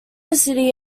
city